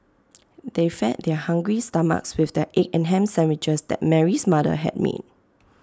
they fed their hungry stomachs with the egg and Ham Sandwiches that Mary's mother had made